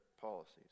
policies